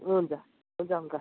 हुन्छ हुन्छ अङ्कल